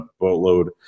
boatload